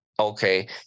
Okay